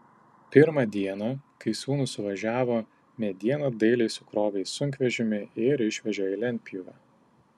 pirmą dieną kai sūnūs suvažiavo medieną dailiai sukrovė į sunkvežimį ir išvežė į lentpjūvę